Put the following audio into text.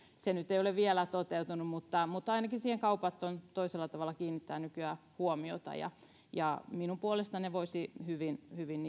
se nyt ei ole vielä toteutunut mutta mutta ainakin siihen kaupat toisella tavalla kiinnittävät nykyään huomiota ja ja minun puolestani niitten käyttöä voisi hyvin